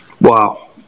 Wow